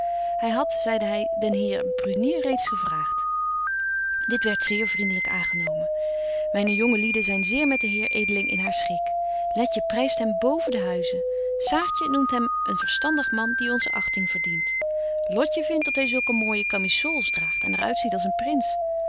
hy hadt zeide hy den heer brunier reeds gevraagt dit werdt zeer vriendelyk aangenomen myne jonge lieden zyn zeer met den heer edeling in haar schik letje pryst hem boven de huizen saartje noemt hem een verstandig man die onze achting verdient lotje vindt dat hy zulke mooije kamisools draagt en er uitziet als een prins